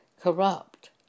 corrupt